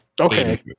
okay